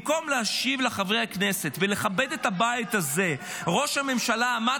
במקום להשיב לחברי הכנסת ולכבד את הבית הזה ראש הממשלה עמד